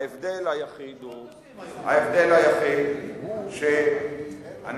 ההבדל היחיד הוא, יש עוד נושאים היום.